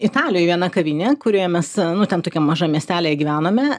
italijoj viena kavinė kurioje mes nu ten tokiam mažam miestelyje gyvenome